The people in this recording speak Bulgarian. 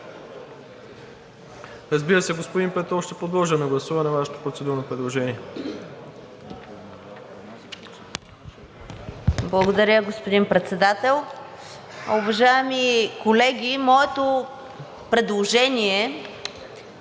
Разбира се, господин Петров, ще подложа на гласуване Вашето процедурно предложение.